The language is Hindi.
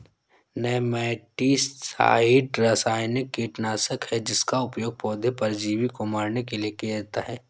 नेमैटिसाइड रासायनिक कीटनाशक है जिसका उपयोग पौधे परजीवी को मारने के लिए किया जाता है